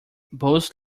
both